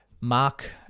Mark